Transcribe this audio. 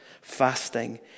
fasting